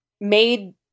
made